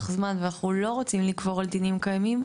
זמן ואנחנו לא רוצים לגבור על דינים קיימים,